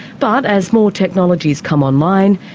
but as more technologies come online,